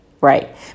right